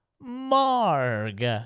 marg